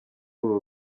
uru